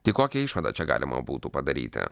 tik kokią išvadą čia galima būtų padaryti